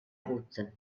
route